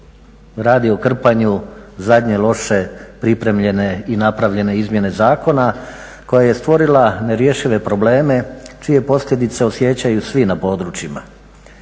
radi o krpanju zadnje loše pripremljene i napravljene izmjene zakona koja je stvorila nerješive probleme čije posljedice osjećaju svi na područjima.